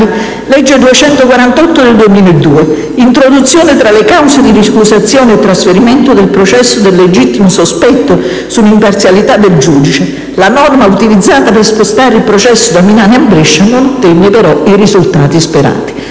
(legge n. 248 del 2002): introduzione fra le cause di ricusazione e trasferimento del processo del "legittimo sospetto sull'imparzialità del giudice" (la norma utilizzata per spostare il processo da Milano a Brescia non ottenne, però, i risultati sperati).